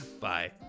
Bye